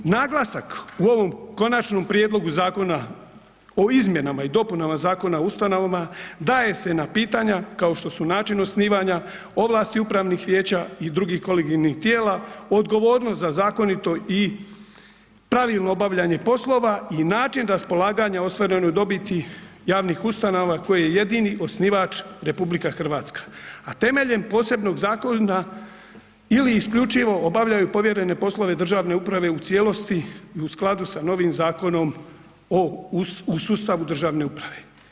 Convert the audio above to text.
Naglasak u ovom Konačnom prijedlogu Zakona o izmjenama i dopunama Zakona o ustanovama daje se na pitanja kao što su način osnivanja, ovlasti upravnih vijeća i drugih … tijela, odgovornost za zakonito i pravilno obavljanje poslova i način raspolaganja o ostvarenoj dobiti javnih ustanova koji je jedini osnivač RH, a temeljem posebnog zakona ili isključivo obavljaju povjerene poslove državne uprave u cijelosti i u skladu sa novim Zakonom o sustavu državne uprave.